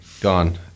gone